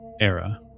era